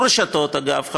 אגב,